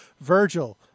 Virgil